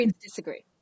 Disagree